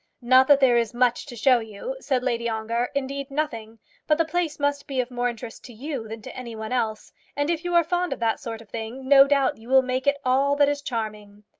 not that there is much to show you, said lady ongar indeed nothing but the place must be of more interest to you than to any one else and if you are fond of that sort of thing, no doubt you will make it all that is charming.